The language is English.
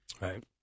Right